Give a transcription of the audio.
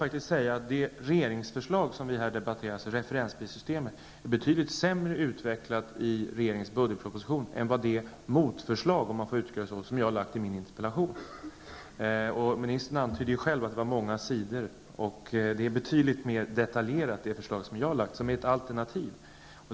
Det regeringsförslag som vi här debatterar, referensprissystemet, är betydligt sämre utvecklat i regeringens budgetproposition än det motförslag -- om jag får kalla det så -- som jag har lagt fram i min interpellation; Ministern antydde själv att det var många sidor. Det förslag som jag har lagt fram är betydligt mer detaljerat och är ett alternativ.